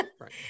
Right